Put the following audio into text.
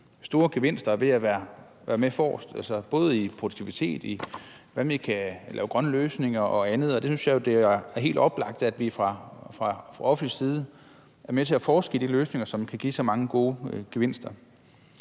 store gevinster ved at være med forrest, både i produktivitet og i, hvordan vi kan lave grønne løsninger, og andet. Jeg synes jo, det er helt oplagt, at vi fra offentlig side er med til at forske i de løsninger, som kan give så mange gode gevinster.